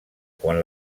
quan